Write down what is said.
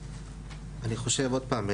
אני חושב עוד פעם,